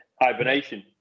hibernation